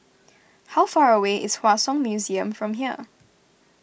how far away is Hua Song Museum from here